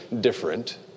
different